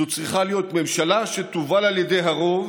זו צריכה להיות ממשלה שתובל על ידי הרוב